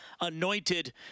anointed